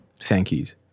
Sankeys